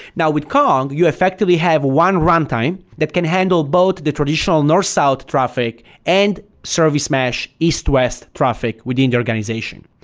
now with kong, you effectively have one runtime that can handle both the traditional north-south traffic and service mesh east-west traffic within the organization.